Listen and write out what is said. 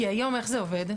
כי היום איך זה עובד?